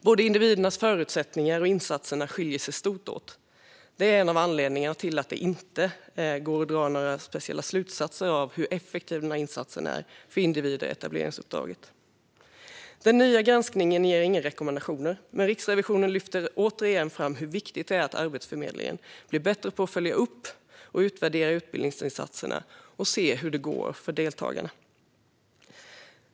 Både individernas förutsättningar och insatserna skiljer sig stort åt, vilket är en av anledningarna till att det inte går att dra några speciella slutsatser av hur effektiv insatsen är för individer i etableringsuppdraget. Den nya granskningen ger inga rekommendationer, men Riksrevisionen lyfter återigen hur viktigt det är att Arbetsförmedlingen blir bättre på att följa upp och utvärdera utbildningsinsatserna och se hur det går för deltagarna.